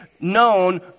known